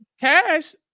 cash